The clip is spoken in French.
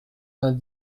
vingt